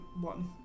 one